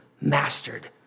mastered